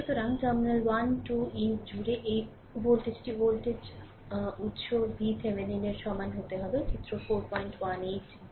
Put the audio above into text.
সুতরাং terminal 1 2 in জুড়ে এই ভোল্টেজটি ভোল্টেজ উত্স VThevenin এর সমান হতে হবে চিত্র 418 b